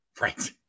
Right